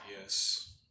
Yes